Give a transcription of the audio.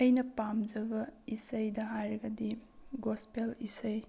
ꯑꯩꯅ ꯄꯥꯝꯖꯕ ꯏꯁꯩꯗ ꯍꯥꯏꯔꯒꯗꯤ ꯒꯣꯁꯄꯦꯜ ꯏꯁꯩ